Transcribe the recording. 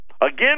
again